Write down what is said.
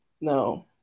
No